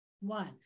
one